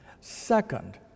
Second